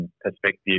perspective